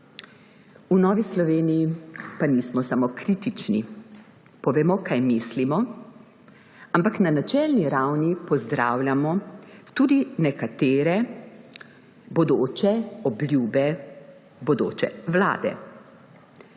V Novi Sloveniji pa nismo samo kritični. Povemo, kaj mislimo, ampak na načelni ravni pozdravljamo tudi nekatere bodoče obljube bodoče vlade.